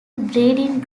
breeding